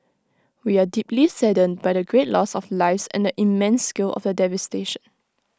we are deeply saddened by the great loss of lives and the immense scale of the devastation